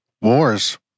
Wars